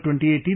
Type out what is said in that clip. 2018